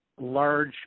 large